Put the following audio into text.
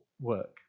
work